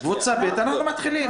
קבוצה ב', אנחנו מחליטים.